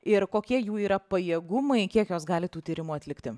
ir kokie jų yra pajėgumai kiek jos gali tų tyrimų atlikti